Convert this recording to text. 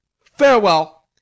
farewell